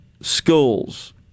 schools